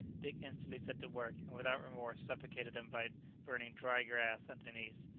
dick instantly set to work, and without remorse suffocated them by burning dry grass underneath.